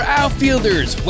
outfielders